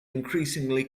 increasingly